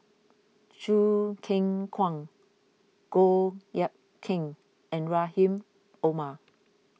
Choo Keng Kwang Goh Eck Kheng and Rahim Omar